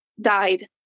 died